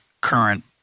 current